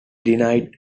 denied